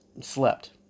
Slept